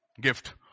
gift